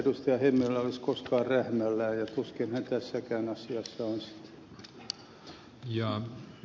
hemmilä olisi koskaan rähmällään ja tuskin hän tässäkään asiassa on sitä